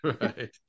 right